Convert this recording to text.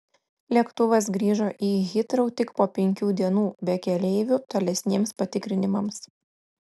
lėktuvas grįžo į hitrou tik po penkių dienų be keleivių tolesniems patikrinimams